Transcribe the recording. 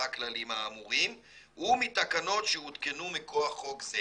האמורים ומתקנות שהותקנו מכוח חוק זה